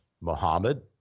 Muhammad